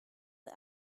the